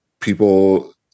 People